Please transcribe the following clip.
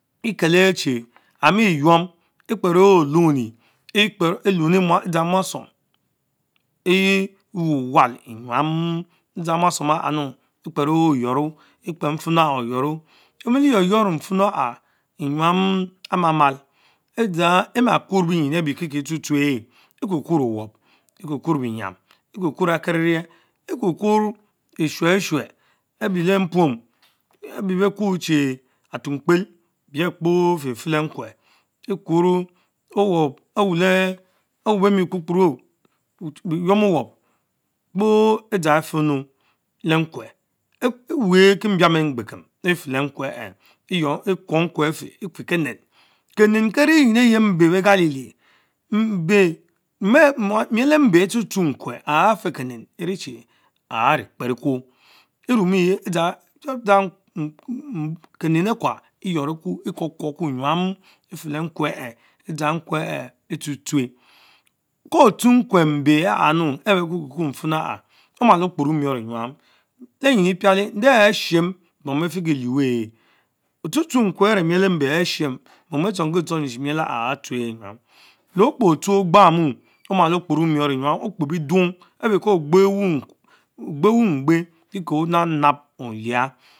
Ekele ehh chie amic yom, Ekpereh eh Ohumni, edzang muasom eewuwal enyom, edza muasom alia munu Experen ayudhrra, ekpeher mfelmu aha oyushiro, emile yualm yuour mpene edza aha amamal na kworr emma Bienyn abie kikie efshutohueth, ekukuhar owop, Ekukiher. bienyam, ekukuhn akerinch ekakühers efshueshuch ebie lee mpuam, ebie bee Kuochie ateak pell, biehkpol efefeh len nkwe, fkuhar p. aures bemie expokporo efien ennin, ewee kiebian. ehh mabekem efer les nikwe ehh efe kennen, Kennen Kene min chhe mbe be kalie lieh, miel mbe arh tshueshme nkwe ahh feh Kenen friechie ahh rie kperr ekwo, emmen ehhe edzan kennen ekwa ekran kwo keh nyam efer le nkure ehhe edgang naweekin etshusghue. beo tohueh nkuwe mbe alih betwobine chie nifenhou aha, omalo kporo morrenys Ceropines areeh an tshim bom befikie liewen chh, stshueshme nkwels curch mel embe ahh tobris mom chh tchonkitchonie cine miel aha ahh fohue enfr enyam, leh okpe shue Ogban comalo ekporo miorr enyam La ko Okpe beedung áwho ko ogbeh whoh mgbe kekich onab nab oliah.